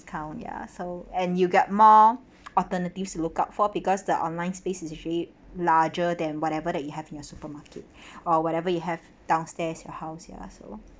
discount ya so and you get more alternatives lookout for because the online space is actually larger than whatever that you have in your supermarket or whatever you have downstairs your house ya so